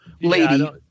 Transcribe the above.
lady